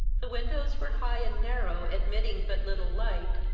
the windows were high and narrow, admitting but little light,